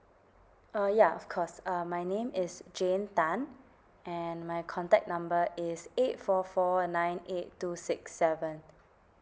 uh ya of course uh my name is jane tan and my contact number is eight four four nine eight two six seven